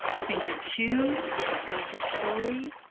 finger two closes fully,